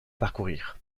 parcourir